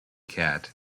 cat